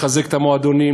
לחזק את המועדונים,